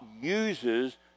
uses